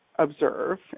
observe